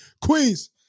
Queens